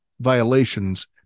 violations